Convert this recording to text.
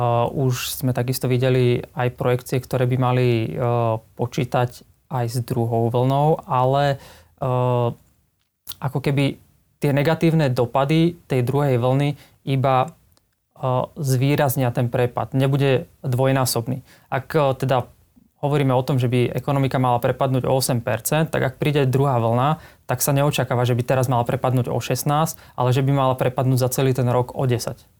Uh, už sme takisto videli aj projekcie, ktoré by mali, uh, počítať aj s druhou vlnou, ale, uh, ako keby tie negatívne dopady tej druhej vlny iba, uh, zvýraznia ten prepad, nebude dvojnásobný. Ak, uh, teda hovoríme o tom, že by ekonomika mala prepadnúť o 8%, tak ak príde druhá vlna, tak sa neočakáva, že by teraz mala prepadnúť o 16, ale že by mala prepadnúť za celý ten rok o 10.